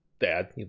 dad